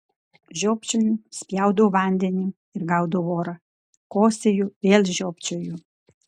žiopčioju spjaudau vandenį ir gaudau orą kosėju vėl žiopčioju